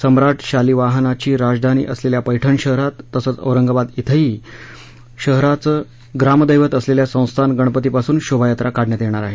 सम्राट शालिवाहनाची राजधानी असलेल्या पैठण शहरात तसंच औरंगाबाद इथंही शहराचं ग्रामदैवत असलेल्या संस्थान गणपतीपासून शोभायात्रा काढण्यात येणार आहे